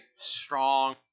strong